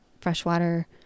Freshwater